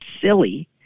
silly